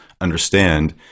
understand